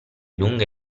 lunghe